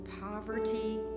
poverty